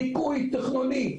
דיכוי תכנוני.